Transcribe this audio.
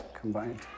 combined